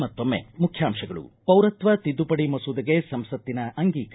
ಕೊನೆಯಲ್ಲಿ ಮತ್ತೊಮ್ಮೆ ಮುಖ್ಯಾಂಶಗಳು ಪೌರತ್ವ ತಿದ್ದುಪಡಿ ಮಸೂದೆಗೆ ಸಂಸತ್ತಿನ ಅಂಗೀಕಾರ